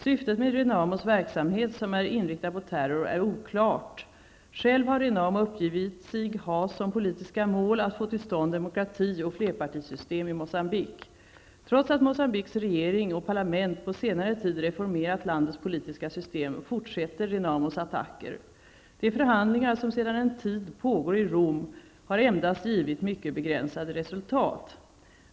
Syftet med Renamos verksamhet, som är inriktad på terror, är oklart. Själv har Renamo uppgivit sig ha som politiska mål att få till stånd demokrati och flerpartisystem i Moçambique. Trots att Moçambiques regering och parlament på senare tid reformerat landets politiska system, fortsätter Renamos attacker. De förhandlingar som sedan en tid pågår i Rom har endast givit mycket begränsade resultat.